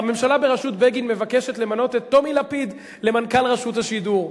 הממשלה בראשות בגין מבקשת למנות את טומי לפיד למנכ"ל רשות השידור.